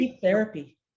therapy